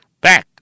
back